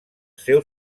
seu